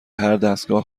هردستگاه